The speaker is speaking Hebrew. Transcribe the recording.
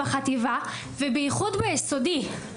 בחטיבה ובמיוחד ביסודי.